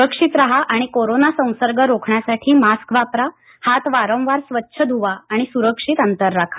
सुरक्षित राहा आणि कोरोना संसर्ग रोखण्यासाठी मास्क वापरा हात वारंवार स्वच्छ धूवा आणि सुरक्षित अंतर राखा